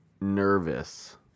nervous